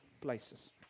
places